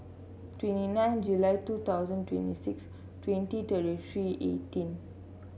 twenty nine July two thousand twenty six twenty thirty three eighteen